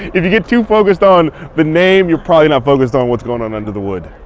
if you get too focused on the name, you're probably not focused on what's going on under the wood